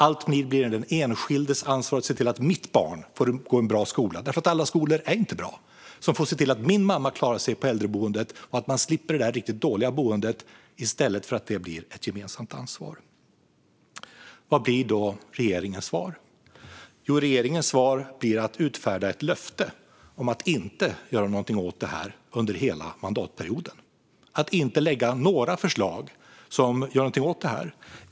Alltmer blir det de enskildas ansvar att se till att just deras barn får gå i en bra skola eftersom alla skolor inte är bra och att just deras mamma klarar sig på äldreboendet och slipper det där riktigt dåliga boendet - i stället för att det är ett gemensamt ansvar. Vad blir då regeringens svar? Jo, regeringens svar blir att utfärda ett löfte om att inte göra något åt det här under hela mandatperioden, att inte lägga fram några förslag som gör något åt det här.